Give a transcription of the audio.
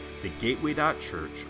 thegateway.church